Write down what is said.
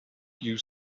you